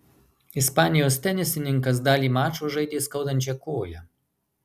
ispanijos tenisininkas dalį mačo žaidė skaudančia koja